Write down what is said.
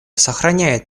сохраняет